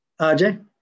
RJ